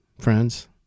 friends